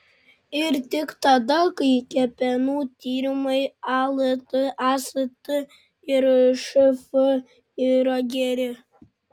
ir tik tada kai kepenų tyrimai alt ast ir šf yra geri